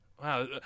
Wow